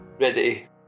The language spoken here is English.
Ready